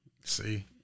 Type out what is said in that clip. See